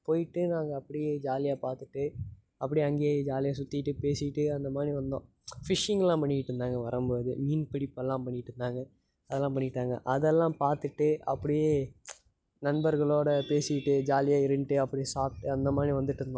போய்விட்டு நாங்கள் அப்படியே ஜாலியாக பார்த்துட்டு அப்படியே அங்கேயே ஜாலியாக சுற்றிட்டு பேசிட்டு அந்த மாதிரி வந்தோம் ஃபிஷ்ஷிங்லாம் பண்ணிட்டு இருந்தாங்க வரும் போது மீன் பிடிப்புல்லாம் பண்ணிட்டிருந்தாங்க அதலாம் பண்ணிட்டாங்க அதெல்லாம் பார்த்துட்டு அப்படியே நண்பர்களோடு பேசிட்டு ஜாலியாக இருந்துட்டு அப்படியே சாப்பிட்டு அந்த மாதிரி வந்துட்டிருந்தோம்